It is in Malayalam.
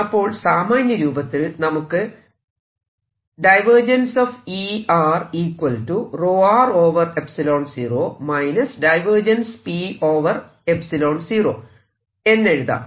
അപ്പോൾ സാമാന്യ രൂപത്തിൽ നമുക്ക് എന്നെഴുതാം